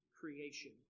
creation